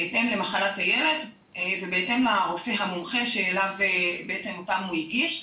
בהתאם למחלת הילד ובהתאם לרופא המומחה שאליו בעצם אותם הוא הגיש.